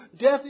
Death